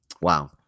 Wow